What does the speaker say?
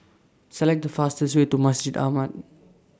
Select The fastest Way to Masjid Ahmad